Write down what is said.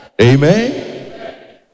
Amen